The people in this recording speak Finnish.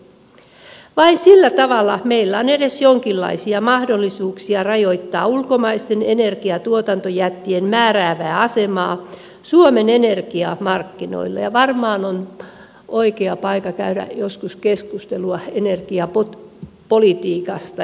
vain sillä tavalla meillä on edes jonkinlaisia mahdollisuuksia rajoittaa ulkomaisten energiatuotantojättien määräävää asemaa suomen energiamarkkinoilla ja varmaan on oikea paikka käydä joskus keskustelua energiapolitiikasta